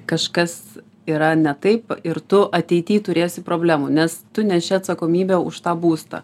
kažkas yra ne taip ir tu ateity turėsi problemų nes tu neši atsakomybę už tą būstą